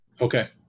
Okay